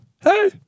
Hey